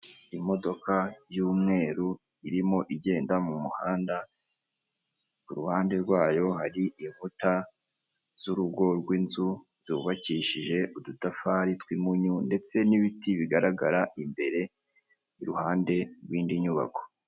Imodoka yumweru irimo igenda mumuhanda kuruhande rwayo hari inkuta z'urugo rw'inzu zubakishije udutafari tw'impunyu ndetse n'ibiti bigaragara imbere iruhande rw'indi nyubako .